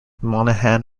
monaghan